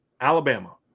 Alabama